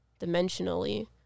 dimensionally